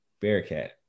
Bearcat